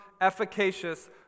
efficacious